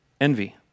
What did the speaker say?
Envy